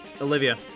Olivia